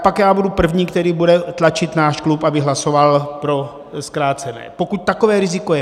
Pak budu první, který bude tlačit náš klub, aby hlasoval pro zkrácení, pokud takové riziko je.